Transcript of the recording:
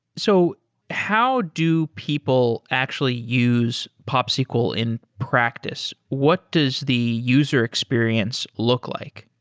so how do people actually use popsql in practice? what does the user experience look like?